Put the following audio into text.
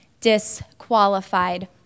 disqualified